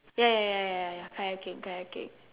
ya ya ya ya ya ya kayaking kayaking